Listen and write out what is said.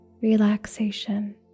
relaxation